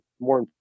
more